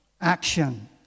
action